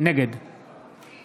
נגד יואב סגלוביץ' נגד יבגני